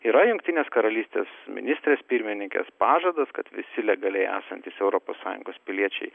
yra jungtinės karalystės ministrės pirmininkės pažadas kad visi legaliai esantys europos sąjungos piliečiai